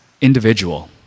individual